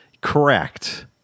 Correct